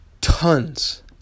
tons